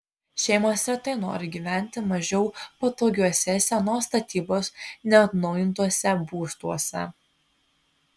šeimos retai nori gyventi mažiau patogiuose senos statybos neatnaujintuose būstuose